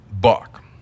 buck